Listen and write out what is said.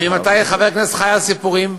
ממתי חבר כנסת חי על סיפורים?